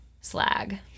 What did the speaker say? slag